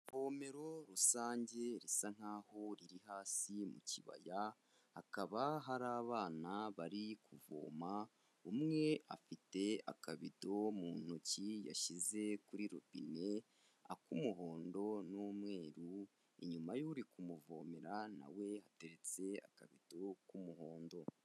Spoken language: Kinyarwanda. Ivomero rusange risa nk'aho riri hasi mu kibaya, hakaba hari abana bari kuvoma, umwe afite akabido mu ntoki yashyize kuri robine, ak'umuhondo n'umweru, inyuma y'uri kumuvomera na we hateretse akabido k'umuhondo.